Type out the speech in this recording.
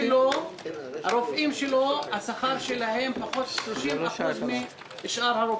הרופאים שלו, השכר שלהם 30% פחות משאר הרופאים.